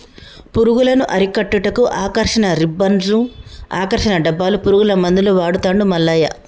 పురుగులను అరికట్టుటకు ఆకర్షణ రిబ్బన్డ్స్ను, ఆకర్షణ డబ్బాలు, పురుగుల మందులు వాడుతాండు పుల్లయ్య